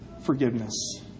forgiveness